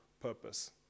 purpose